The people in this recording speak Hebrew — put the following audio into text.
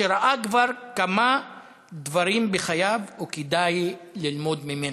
שראה כבר כמה דברים בחייו וכדאי ללמוד ממנו.